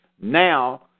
Now